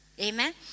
amen